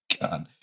God